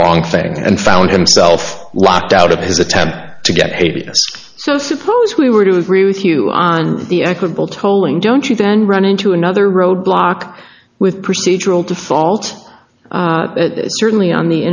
wrong thing and found himself locked out of his attempt to get abs so suppose we were to agree with you on the equitable tolling don't you then run into another roadblock with procedural to fault certainly on the